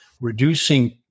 reducing